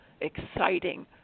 exciting